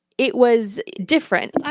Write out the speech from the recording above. it was different. and